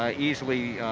ah easily,